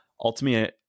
ultimately